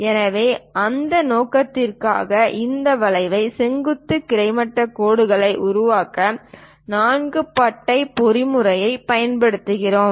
எனவே அந்த நோக்கத்திற்காக இந்த வகையான செங்குத்து கிடைமட்ட கோடுகளை உருவாக்க நான்கு பட்டை பொறிமுறையைப் பயன்படுத்துகிறோம்